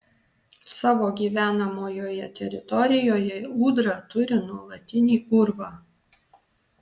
savo gyvenamojoje teritorijoje ūdra turi nuolatinį urvą